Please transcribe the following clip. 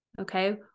Okay